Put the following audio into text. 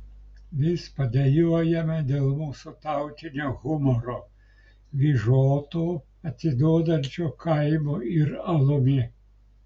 vis padejuojame dėl mūsų tautinio humoro vyžoto atsiduodančio kaimu ir alumi